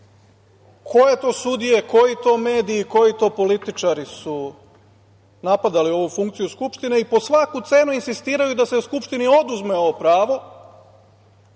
koje to sudije, koji to mediji i koji to političari su napadali ovu funkciju Skupštine i po svaku cenu insistiraju da se Skupštini oduzme ovo pravo,